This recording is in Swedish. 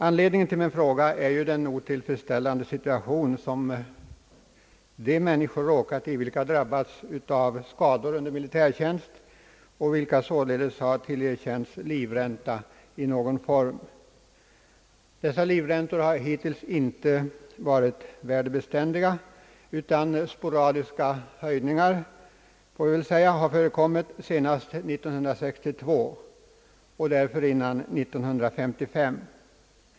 Anledningen till min fråga är den otillfredsställande situation som de människor råkar i, vilka drabbats av skador under militärtjänst och vilka således har tillerkänts livräntor i någon form. Dessa livräntor har hittills inte varit värdebeständiga, endast sporadiska höjningar har företagits, senast 1962 och dessförinnan 1955.